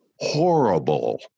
horrible